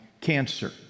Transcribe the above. cancer